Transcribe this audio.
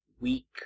weak